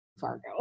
Fargo